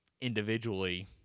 individually